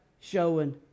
showing